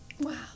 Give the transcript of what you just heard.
Wow